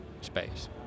space